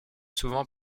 souvent